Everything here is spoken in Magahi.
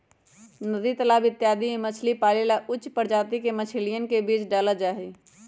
नदी तालाब इत्यादि में मछली पाले ला उच्च प्रजाति के मछलियन के बीज डाल्ल जाहई